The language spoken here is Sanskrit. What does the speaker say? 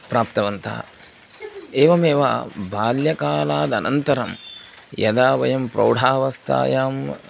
प्राप्तवन्तः एवमेव बाल्यकालादनन्तरं यदा वयं प्रौढावस्थायाम्